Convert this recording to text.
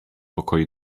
pokoju